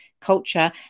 culture